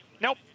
nope